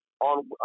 on